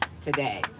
today